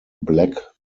black